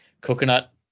coconut